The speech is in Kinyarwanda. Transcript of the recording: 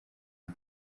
aha